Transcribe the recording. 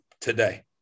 today